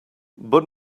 but